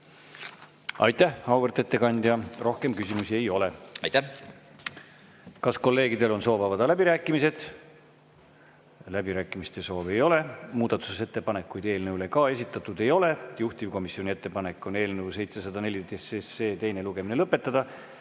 Aitäh, auväärt ettekandja! Rohkem küsimusi ei ole. Kas kolleegidel on soov avada läbirääkimised? Läbirääkimiste soovi ei ole. Muudatusettepanekuid eelnõu kohta ka esitatud ei ole. Juhtivkomisjoni ettepanek on eelnõu 714 teine lugemine lõpetada.